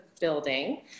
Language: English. building